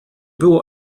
było